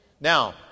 Now